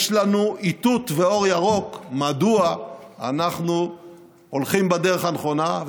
יש לנו איתות ואור ירוק מדוע אנחנו הולכים בדרך הנכונה,